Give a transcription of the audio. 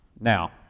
Now